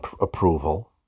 approval